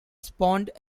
spawned